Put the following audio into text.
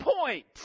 point